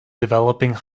developing